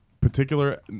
particular